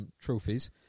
trophies